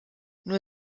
nur